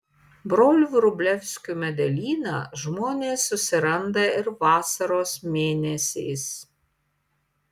brolių vrublevskių medelyną žmonės susiranda ir vasaros mėnesiais